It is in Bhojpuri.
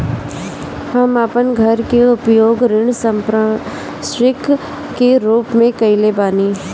हम अपन घर के उपयोग ऋण संपार्श्विक के रूप में कईले बानी